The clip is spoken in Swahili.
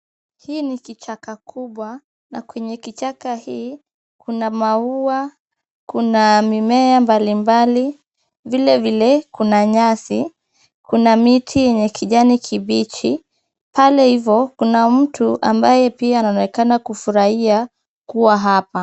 Hii ni kichaka kubwa, na kwenye kichaka hii kuna maua, kuna mimea mbalimbali. Vilevile kuna nyasi, kuna miti yenye kijani kibichi. Pale hivo kuna mtu ambaye pia anaonekana kufurahia kuwa hapa.